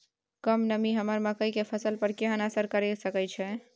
कम नमी हमर मकई के फसल पर केहन असर करिये सकै छै?